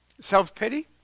Self-pity